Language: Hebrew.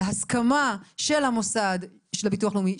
להסכמה של המוסד של הביטוח הלאומי,